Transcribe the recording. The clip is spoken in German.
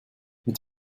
mit